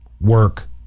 work